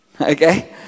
Okay